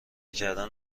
کردن